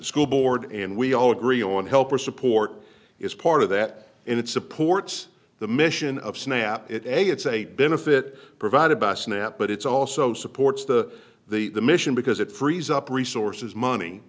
school board and we all agree on help or support is part of that and it supports the mission of snap it a it's a benefit provided by snap but it's also supports the the mission because it frees up resources money